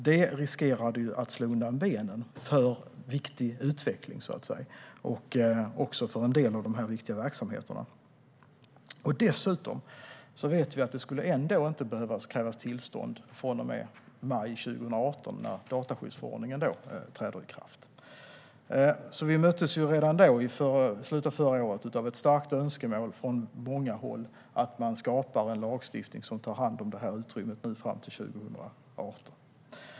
Det riskerade att slå undan benen för viktig utveckling och även för en del av de här viktiga verksamheterna. Dessutom vet vi att det ändå inte kommer att krävas tillstånd från och med maj 2018, när dataskyddsförordningen träder i kraft. Vi möttes redan då, i slutet av förra året, av ett starkt önskemål från många håll att man skapar en lagstiftning som tar hand om utrymmet fram till 2018.